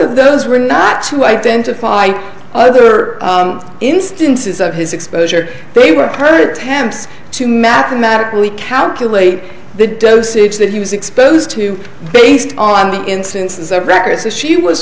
of those were not to identify other instances of his exposure they were her temps to mathematically calculate the dosage that he was exposed to based on the instances of records that she was